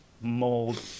mold